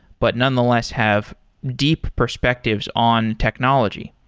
but nonetheless have deep perspectives on technology.